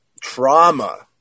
trauma